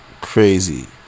Crazy